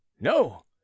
No